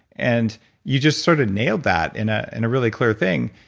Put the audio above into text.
and you just sort of nail that in ah and a really clear thing,